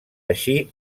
així